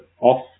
off